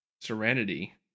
Serenity